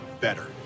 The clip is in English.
better